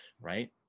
Right